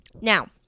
Now